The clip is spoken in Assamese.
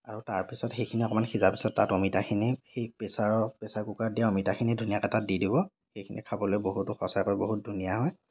আৰু তাৰ পিছত সেইখিনি অকমান সিজাৰ পিছত তাত অমিতাখিনি সেই প্ৰেছাৰৰ প্ৰেছাৰ কুকাৰত দিয়া অমিতাখিনি ধুনীয়াকৈ তাত দি দিব সেইখিনি খাবলৈ বহুতো সঁচাকৈ বহুত ধুনীয়া হয়